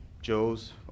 Joe's